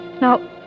Now